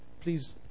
please